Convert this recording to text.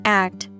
act